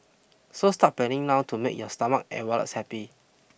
so start planning now to make your stomach and wallets happy